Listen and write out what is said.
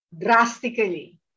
drastically